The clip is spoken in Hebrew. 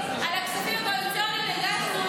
גם על הכספים הקואליציוניים הגשנו,